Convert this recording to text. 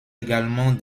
également